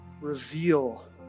Reveal